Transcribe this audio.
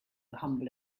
humble